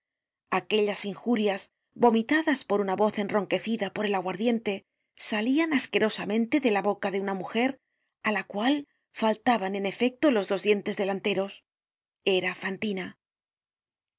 aquellas injurias vomitadas por una voz enronquecida por el aguardiente salian asquerosamente de la boca de una mujer á la cual faltaban en efecto los dos dientes delanteros era fantina